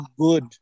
good